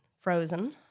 frozen